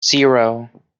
zero